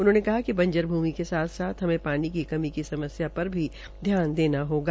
उन्होंने कहा कि बंजर भूमि के साथ साथ हमें पानी की कमी की समस्या पर भी ध्यान देना होगा